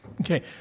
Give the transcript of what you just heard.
Okay